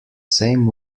same